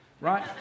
Right